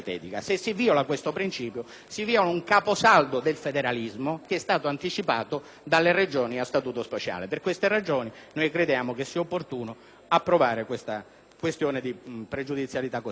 principio, si viola un caposaldo del federalismo che è stato anticipato dalle Regioni a Statuto speciale. Per queste ragioni, noi riteniamo opportuno approvare la questione pregiudiziale per motivi